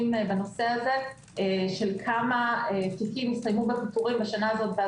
בנושא הזה של כמה תיקים הסתיימו בפיטורים בשנה הזאת.